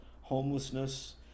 homelessness